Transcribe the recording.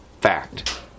Fact